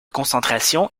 concentrations